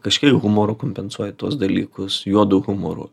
kažkiek humoru kompensuoji tuos dalykus juodu humoru